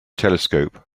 telescope